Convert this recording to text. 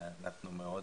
אנחנו מאוד,